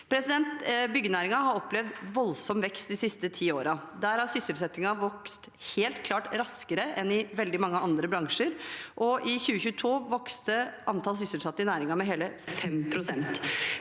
kommer. Byggenæringen har opplevd en voldsom vekst de siste ti årene. Der har sysselsettingen helt klart vokst raskere enn i veldig mange andre bransjer, og i 2022 vokste antall sysselsatte i næringen med hele 5